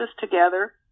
together